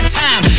time